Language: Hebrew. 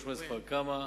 ראש מועצת כפר-קמא,